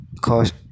cause